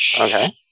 Okay